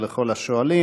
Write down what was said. ולכל השואלים.